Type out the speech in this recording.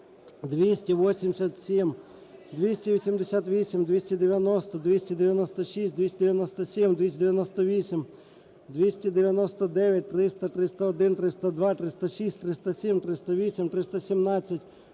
287, 288, 290, 296, 297, 298, 299, 300, 301, 302, 306, 307, 308, 317,